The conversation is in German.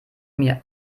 mir